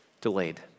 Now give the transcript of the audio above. delayed